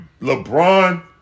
LeBron